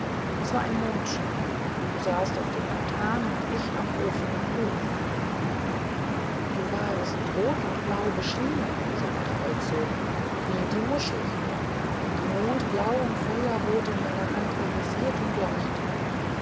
es war im mondschein du saßt auf dem altan und ich am ofen im hof du warst rot und blau beschienen sagte oizo wie die muschel hier die mondblau und feuerrot in meiner hand irisiert und leuchtet